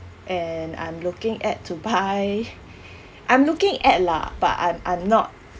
and I'm looking at to buy I'm looking at lah but I'm I'm not